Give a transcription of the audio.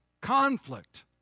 conflict